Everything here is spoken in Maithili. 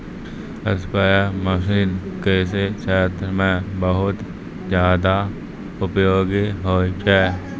स्प्रे मसीन कृषि क्षेत्र म बहुत जादा उपयोगी होय छै